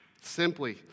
simply